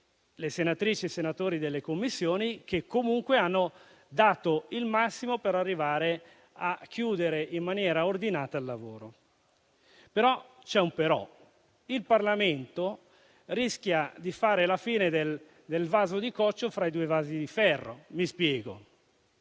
le senatrici e senatori delle Commissioni che comunque hanno dato il massimo per arrivare a chiudere in maniera ordinata il lavoro. Tuttavia, c'è un però. Il Parlamento rischia di fare la fine del vaso di coccio fra i due vasi di ferro. Il Governo